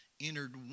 entered